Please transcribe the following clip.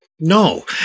No